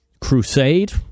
crusade